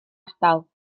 ardal